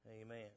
Amen